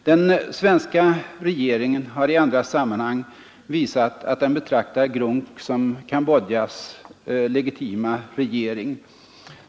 Den svenska regeringen har i andra sammanhang visat att den betraktar GRUNC som Cambodjas legitima regering.